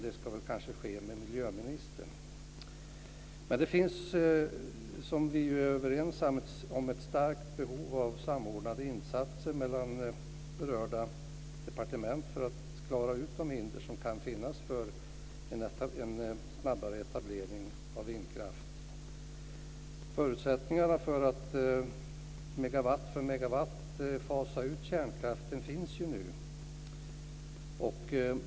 De ska kanske tas upp med miljöministern. Men det finns, det är vi överens om, ett starkt behov av samordnade insatser mellan berörda departement för att klara ut de hinder som kan finnas för en snabbare etablering av vindkraft. Förutsättningarna för att megawatt för megawatt fasa ut kärnkraften finns ju nu.